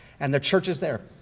and the church is there.